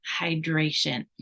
hydration